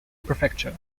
prefecture